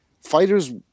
fighters